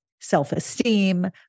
self-esteem